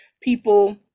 people